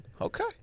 Okay